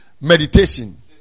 meditation